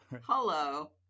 Hello